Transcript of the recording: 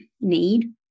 need